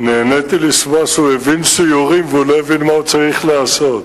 נהניתי לשמוע שהוא הבין שיורים ולא הבין מה הוא צריך לעשות.